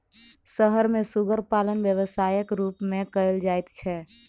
शहर मे सुग्गर पालन व्यवसायक रूप मे कयल जाइत छै